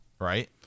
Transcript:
Right